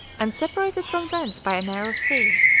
and separated from thence by a narrow sea,